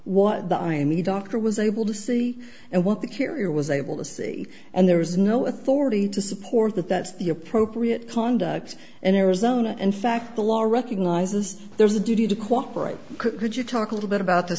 what the i meet doctor was able to see and what the carrier was able to see and there is no authority to support that that's the appropriate conduct in arizona and fact the law recognizes there's a duty to cooperate could you talk a little bit about the